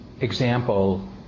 example